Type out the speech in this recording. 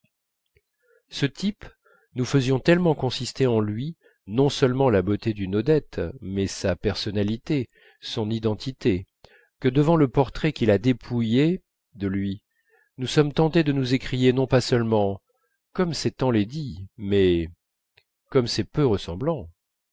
ce type nous faisions tellement consister en lui non seulement la beauté d'une odette mais sa personnalité son identité que devant le portrait qui l'a dépouillée de lui nous sommes tentés de nous écrier non pas seulement comme c'est enlaidi mais comme c'est peu ressemblant